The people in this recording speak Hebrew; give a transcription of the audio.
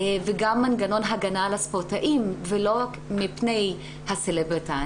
וגם מנגנון הגנה על הספורטאים ולא רק מפני הסלבריטאים.